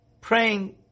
praying